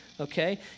Okay